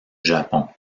japon